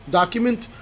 document